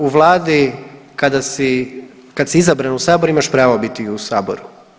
U Vladi, kada si, kad si izabran u Sabor, imaš pravo biti u Saboru.